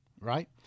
Right